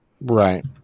Right